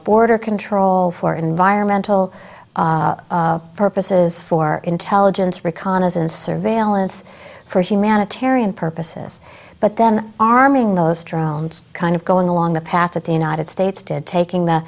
border control for environmental purposes for intelligence reconnaissance surveillance for humanitarian purposes but then arming those drones kind of going along the path of the united states to taking the